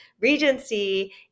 Regency